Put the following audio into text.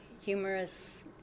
humorous